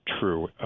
true